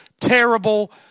terrible